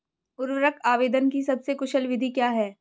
उर्वरक आवेदन की सबसे कुशल विधि क्या है?